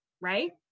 right